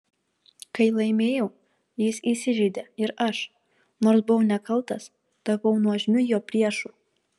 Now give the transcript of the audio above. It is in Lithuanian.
kai laimėjau jis įsižeidė ir aš nors buvau nekaltas tapau nuožmiu jo priešu